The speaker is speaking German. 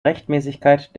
rechtmäßigkeit